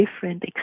different